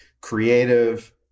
creative